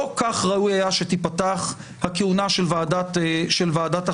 לא כך ראוי היה שתיפתח הכהונה של ועדת החוקה.